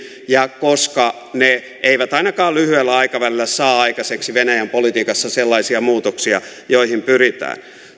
ja koska ne eivät ainakaan lyhyellä aikavälillä saa aikaiseksi venäjän politiikassa sellaisia muutoksia joihin pyritään